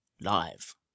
live